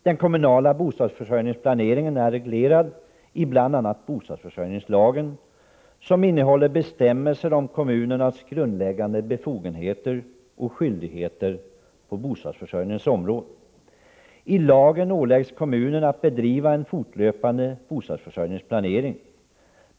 Den kommunala bostadsförsörjningsplaneringen är reglerad i bl.a. bostadsförsörjningslagen, som innehåller bestämmelser om kommunernas grundläggande befogenheter och skyldigheter på bostadsförsörjningens område. I lagen åläggs kommunerna att bedriva en fortlöpande bostadsförsörjningsplanering.